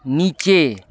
नीचे